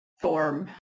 form